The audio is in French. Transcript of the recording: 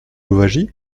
louwagie